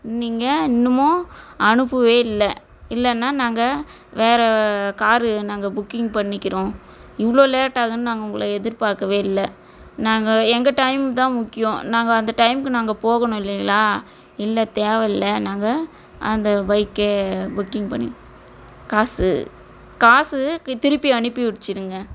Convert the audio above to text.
நீங்கள் இன்னமும் அனுப்பவேயில்லை இல்லைன்னா நாங்கள் வேறு காரு நாங்கள் புக்கிங் பண்ணிக்கிறோம் இவ்வளோ லேட் ஆகும்னு நாங்கள் உங்களை எதிர்பார்க்கவே இல்லை நாங்கள் எங்கள் டைம் தான் முக்கியம் நாங்கள் அந்த டைமுக்கு நாங்கள் போகணும் இல்லைங்களா இல்லை தேவையில்ல நாங்கள் அந்த பைக்கே புக்கிங் பண்ணி காசு காசு க் திருப்பி அனுப்பி வச்சுருங்க